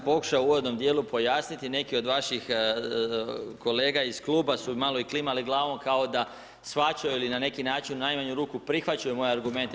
Ja sam pokušao u uvodnom dijelu pojasniti, neki od vaših kolega iz kluba su malo i klimali glavom kao da shvaćaju ili na neki način u najmanju ruku prihvaćaju moje argumente.